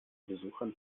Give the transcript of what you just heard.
besuchern